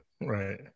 Right